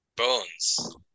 Bones